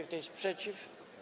Kto jest przeciw?